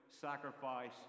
sacrifice